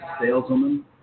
saleswoman